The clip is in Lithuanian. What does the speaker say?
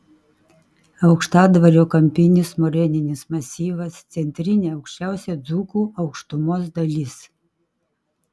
aukštadvario kampinis moreninis masyvas centrinė aukščiausia dzūkų aukštumos dalis